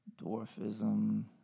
dwarfism